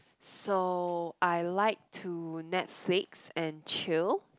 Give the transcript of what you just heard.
so I like to Netflix and chill